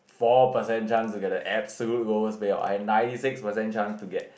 four percent chance to get the absolute lowest payout and ninety six percent chance to get